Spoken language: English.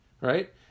right